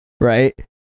right